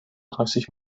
dreißig